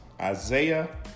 Isaiah